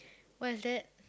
what is that